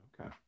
Okay